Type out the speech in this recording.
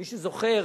מי שזוכר,